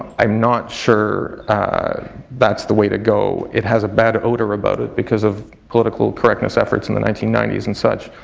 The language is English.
i'm not sure that's the way to go. it has a bad odour about it because of political correctness efforts in the nineteen ninety s and such,